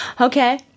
Okay